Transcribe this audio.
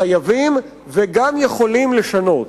חייבים וגם יכולים לשנות.